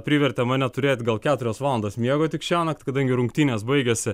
privertė mane turėt gal keturias valandas miego tik šiąnakt kadangi rungtynės baigėsi